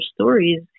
stories